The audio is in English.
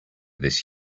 this